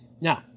Now